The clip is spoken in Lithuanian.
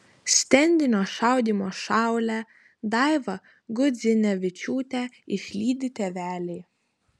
stendinio šaudymo šaulę daivą gudzinevičiūtę išlydi tėveliai